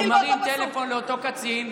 הוא מרים טלפון לאותו קצין,